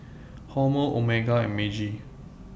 Hormel Omega and Meiji